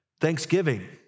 thanksgiving